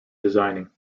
designing